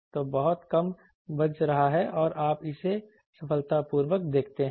तो बहुत कम बज रहा है और आप इसे सफलतापूर्वक देखते हैं